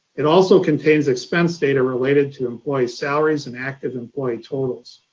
it also contains expense data related to employee salaries and active employee totals.